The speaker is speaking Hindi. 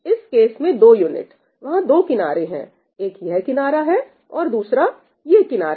इस केस में दो यूनिट वहां दो किनारे हैं एक यह किनारा और दूसरा ये किनारा